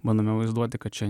bandome vaizduoti kad čia